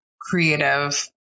creative